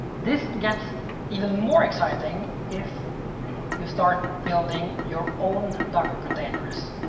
this gets even more exciting if you start building your own docker containers.